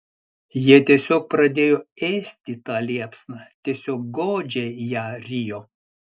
jie tiesiog pradėjo ėsti tą liepsną tiesiog godžiai ją rijo